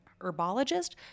herbologist